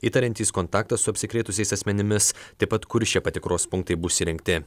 įtariantys kontaktą su apsikrėtusiais asmenimis taip pat kur šie patikros punktai bus įrengti